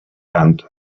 and